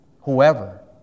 Whoever